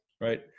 right